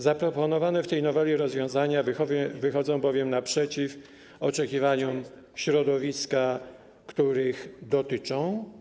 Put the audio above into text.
Zaproponowane w tej noweli rozwiązania wychodzą bowiem naprzeciw oczekiwaniom środowisk, których dotyczą.